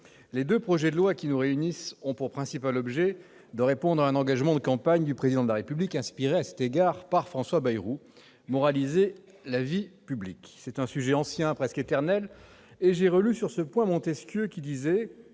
les deux projets de loi qui nous réunissent aujourd'hui ont pour principal objet de répondre à un engagement de campagne du Président de la République, inspiré à cet égard par François Bayrou : moraliser la vie publique. C'est un sujet ancien, presque éternel. J'ai relu sur ce point Montesquieu :« C'est